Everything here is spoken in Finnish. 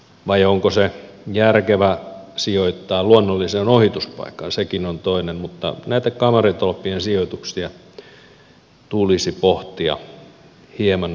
vai onko se järkevää sijoittaa luonnolliseen ohituspaikkaan sekin on toinen vaihtoehto mutta näitten kameratolppien sijoituksia tulisi pohtia hieman tarkemmin